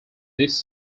this